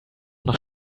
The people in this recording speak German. nach